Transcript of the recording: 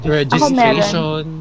registration